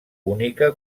única